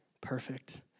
Perfect